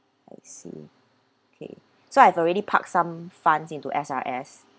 I see okay so I have already park some funds into S_R_S